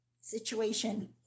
situation